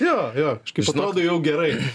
jo jo kaip atrodai jau gerai